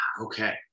Okay